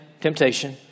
temptation